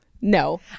No